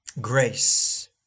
grace